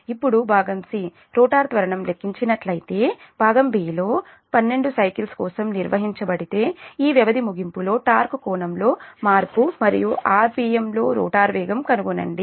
ఇప్పుడు భాగం C rotor త్వరణం లెక్కించి నట్లయితే భాగం బి లో 12 సైకిల్స్ కోసం నిర్వహించబడితే ఈ వ్యవధి ముగింపులో టార్క్ కోణంలో మార్పు మరియు ఆర్పిఎమ్లో రోటర్ వేగం కనుగొనండి